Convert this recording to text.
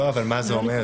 לא, אבל מה זה אומר?